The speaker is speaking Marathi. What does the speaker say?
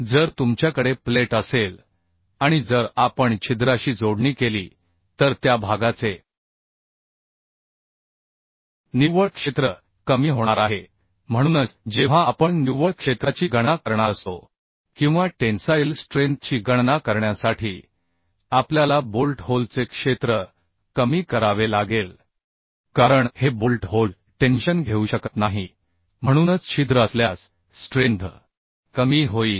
जर तुमच्याकडे प्लेट असेल आणि जर आपण छिद्राशी जोडणी केली तर त्या भागाचे निव्वळ क्षेत्र कमी होणार आहे म्हणूनच जेव्हा आपण निव्वळ क्षेत्राची गणना करणार असतो किंवा टेन्साइल स्ट्रेंथची गणना करण्यासाठी आपल्याला बोल्ट होलचे क्षेत्र कमी करावे लागेल कारण हे बोल्ट होल टेन्शन घेऊ शकत नाही म्हणूनच छिद्र असल्यास स्ट्रेंथ कमी होईल